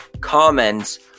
comments